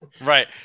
Right